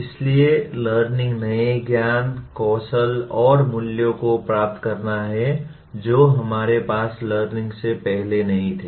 इसलिए लर्निंग नए ज्ञान कौशल और मूल्यों को प्राप्त करना है जो हमारे पास लर्निंग से पहले नहीं थे